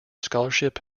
scholarship